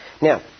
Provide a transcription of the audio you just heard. Now